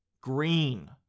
Green